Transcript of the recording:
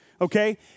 okay